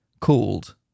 called